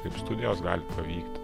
kaip studijos gali pavykt